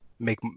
Make